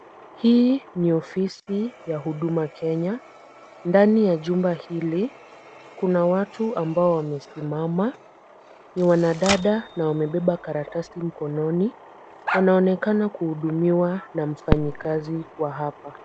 Hili ni ofisi ya Huduma Kenya, ndani ya jumba hili kuna watu ambao wamesimama, ni wanadada na wamebeba karatasi mkononi. Wanaonekana kuhudumiwa na mfanyakazi wa hapa.